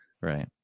Right